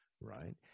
right